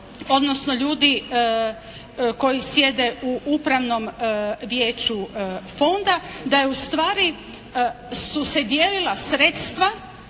odnosno ljudi koji sjede u Upravnom vijeću Fonda, da su se u stvari dijelila sredstva